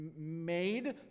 made